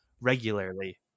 regularly